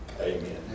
Amen